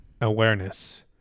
awareness